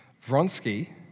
Vronsky